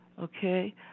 Okay